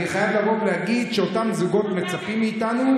אני חייב לבוא ולהגיד שאותם זוגות מצפים מאיתנו.